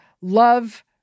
love